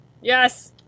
yes